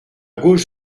gauche